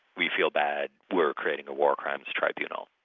we feel bad, we're creating a war crimes tribunal.